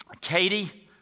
Katie